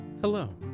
Hello